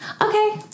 okay